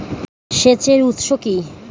সেচের উৎস কি?